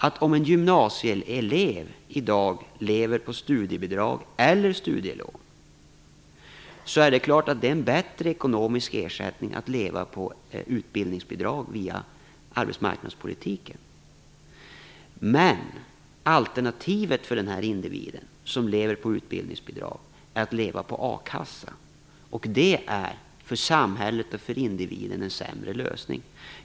Det är klart att det är en bättre ekonomisk ersättning för en gymnasieelev att leva på utbildningsbidrag via arbetsmarknadspolitiken än att leva på studiebidrag eller studielån. Men alternativet för individen som lever på utbildningsbidrag är att leva på a-kassa, och det är en sämre lösning för samhället och för individen.